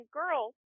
girls